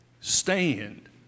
Stand